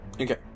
Okay